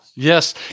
Yes